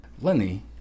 lenny